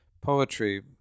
poetry